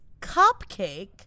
Cupcake